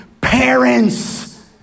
parents